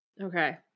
okay